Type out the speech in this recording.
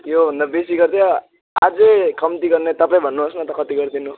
योभन्दा बेसी गर्थ्यो अझै कम्ती गर्ने तपाईँ भन्नुहोस् न त कति गरिदिनु